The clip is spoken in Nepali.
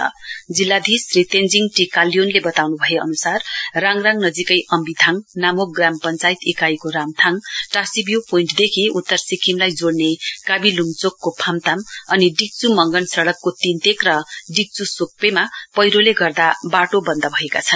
उत्तरका जिल्लाधीश श्री तेञ्जिङ टी काल्योनले बतान् भएअन्सार राङराङ नजीकै अम्बिथाङ नामोक ग्राम पञ्चायत इकाइको रामथाङ टाशीभिउ पोइन्टदेखि उतर सिक्किमलाई जोइने काबी लुङचोकको फामताम अनि डिक्च् मंगन सडकको तिन्तेक र डिक्च्मा पैह्रोले गर्दा बाटो बन्द भएका छन्